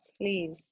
Please